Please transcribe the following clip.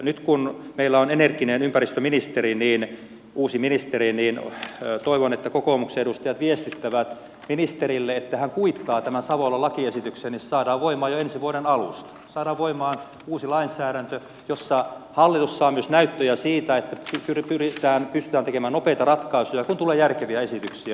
nyt kun meillä on energinen ympäristöministeri uusi ministeri niin toivon että kokoomuksen edustajat viestittävät ministerille että hän kuittaa tämän savolan lakiesityksen niin se saadaan voimaan jo ensi vuoden alusta saadaan voimaan uusi lainsäädäntö jolla hallitus saa myös näyttöjä siitä että pystytään tekemään nopeita ratkaisuja kun tulee järkeviä esityksiä